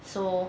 so